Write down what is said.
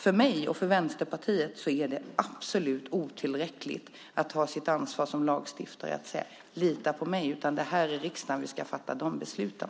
För mig och Vänsterpartiet är det absolut otillräckligt att ta sitt ansvar som lagstiftare genom att säga "lita på mig", för det är här i riksdagen vi ska fatta de besluten.